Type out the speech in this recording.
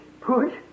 push